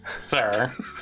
sir